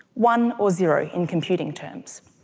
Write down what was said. one or zero in computing terms.